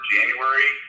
January